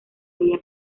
veía